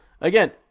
Again